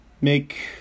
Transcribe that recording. make